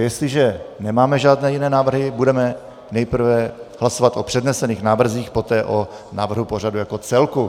Jestliže nemáme žádné jiné návrhy, budeme nejprve hlasovat o přednesených návrzích, poté o návrhu pořadu jako celku.